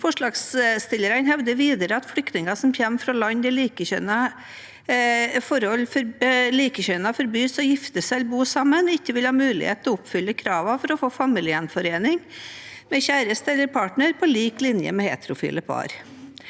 Forslagsstillerne hevder videre at flyktninger som kommer fra land der likekjønnede forbys å gifte seg eller bo sammen, ikke vil ha mulighet til å oppfylle kravene for å få familiegjenforening med kjæreste eller partner på lik linje med heterofile par,